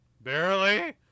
barely